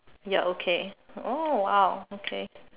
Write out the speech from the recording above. ya okay oh !wow! okay